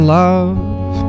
love